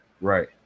right